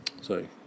sorry